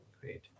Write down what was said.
Great